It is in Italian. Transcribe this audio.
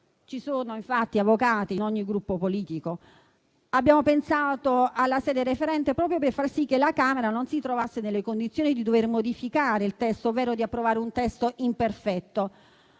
(ci sono infatti avvocati in ogni Gruppo politico). Abbiamo pensato alla sede referente proprio per far sì che la Camera non si trovasse nelle condizioni di dover modificare il testo, ovvero di approvarne uno imperfetto.